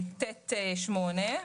78ט(ב)(8):